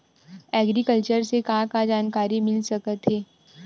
Agriculture से का का जानकारी मिल सकत हे?